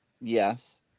Yes